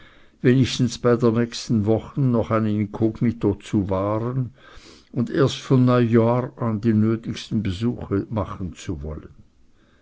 wenigstens während der nächsten wochen noch ein inkognito bewahren und erst von neujahr an die nötigsten besuche machen zu wollen